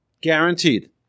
Guaranteed